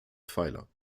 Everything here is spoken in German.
pfeiler